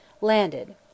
landed